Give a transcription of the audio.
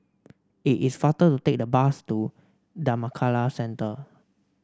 it is faster to take the bus to Dhammakaya Centre